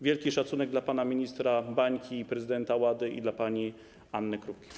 Wielki szacunek dla pana ministra Bańki - prezydenta WADA i dla pani Anny Krupki.